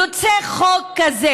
יוצא חוק כזה.